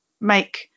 make